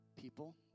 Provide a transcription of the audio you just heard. people